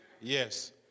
Yes